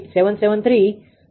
62° હશે